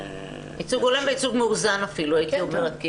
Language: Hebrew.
ייצוג הולם וייצוג מאוזן אפילו הייתי אומרת.